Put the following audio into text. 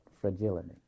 fragility